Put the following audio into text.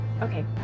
Okay